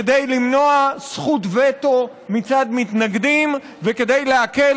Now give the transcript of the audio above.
כדי למנוע זכות וטו מצד מתנגדים וכדי להקל